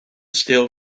steel